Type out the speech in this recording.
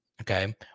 Okay